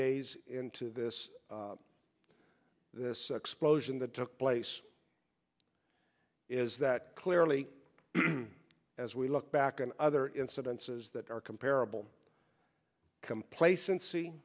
days into this this explosion that took place is that clearly as we look back on other incidences that are comparable complacency